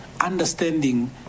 understanding